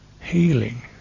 healing